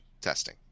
testing